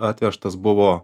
atvežtas buvo